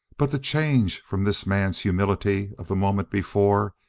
but the change from this man's humility of the moment before,